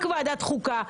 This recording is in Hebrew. רק ועדת החוקה.